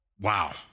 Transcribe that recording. Wow